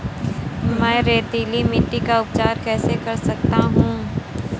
मैं रेतीली मिट्टी का उपचार कैसे कर सकता हूँ?